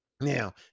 Now